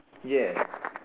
ya